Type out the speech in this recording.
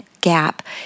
gap